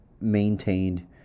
maintained